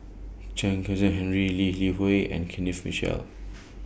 Chen Kezhan Henri Lee Li Hui and Kenneth Mitchell